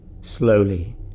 Slowly